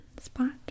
spot